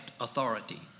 authority